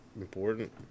important